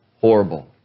horrible